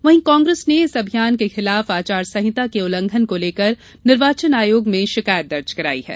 वहीं कांग्रेस ने इस अभियान के खिलाफ आचार सहिता के उल्लंघन को लेकर निर्वाचन आयोग में शिकायत दर्ज कराई है